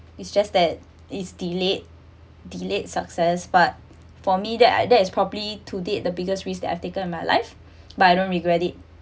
is just that is delayed delayed success but for me that I that is properly to date the biggest risk that I've taken my life but I don't regret it